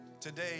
today